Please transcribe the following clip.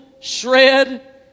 shred